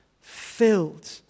filled